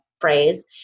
phrase